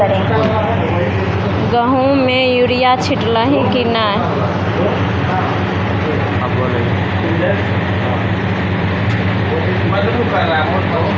गहुम मे युरिया छीटलही की नै?